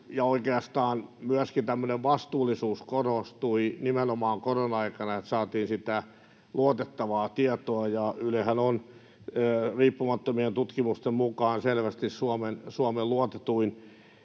korostui myöskin tämmöinen vastuullisuus, että saatiin luotettavaa tietoa. Ylehän on riippumattomien tutkimusten mukaan selvästi Suomen luotetuin